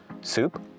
Soup